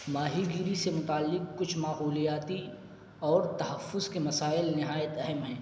ماہی گیری سے متعلق کچھ ماحولیاتی اور تحفظ کے مسائل نہایت اہم ہیں